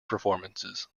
performances